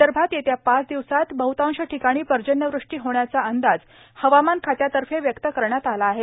विदर्भात येत्या पाच दिवसात बहतांश ठिकाणी पर्जन्यवृष्टी होण्याचा अंदाज हवामान खात्यातर्फे व्यक्त करण्यात आला आहे